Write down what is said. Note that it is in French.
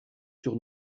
sur